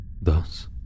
thus